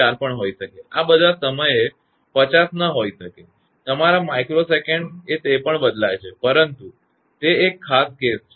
4 પણ હોઈ શકે છે બધા સમયએ તે 50 ન હોઈ શકે તમારા 𝜇𝑠 એ તે પણ બદલાય છે પરંતુ તે એક ખાસ કેસ છે